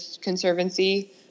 conservancy